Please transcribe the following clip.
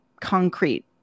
concrete